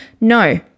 No